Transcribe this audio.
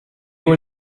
were